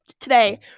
today